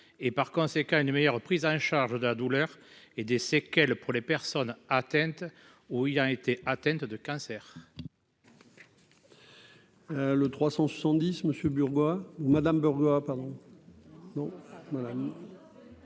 et, par conséquent, une meilleure prise en charge de la douleur et des séquelles pour les personnes atteintes, où il a été atteinte de cancer.